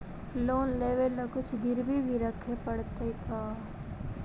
Loan लेबे ल कुछ गिरबी भी रखे पड़तै का?